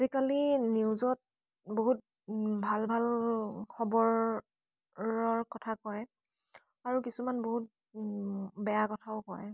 আজিকালি নিউজত বহুত ভাল ভাল খবৰৰ ৰৰ কথা কয় আৰু কিছুমান বহুত বেয়া কথাও কয়